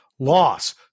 Loss